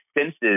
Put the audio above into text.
senses